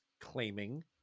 claiming